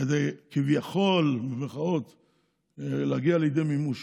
כדי כביכול "להגיע לידי מימוש",